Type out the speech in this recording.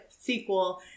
sequel